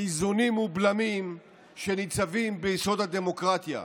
לאיזונים ובלמים שניצבים ביסוד הדמוקרטיה.